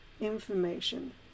information